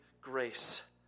grace